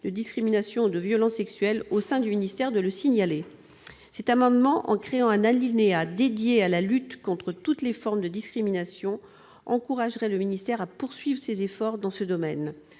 de discriminations ou de violences sexuelles au sein du ministère de signaler ces faits. En introduisant un alinéa dédié à la lutte contre toutes les formes de discriminations, nous encouragerions le ministère à poursuivre ses efforts dans ce domaine.